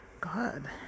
God